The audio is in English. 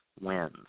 wins